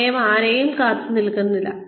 സമയം ആരെയും കാത്തിരിക്കുന്നില്ല